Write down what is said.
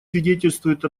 свидетельствует